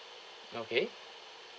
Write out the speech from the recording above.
okay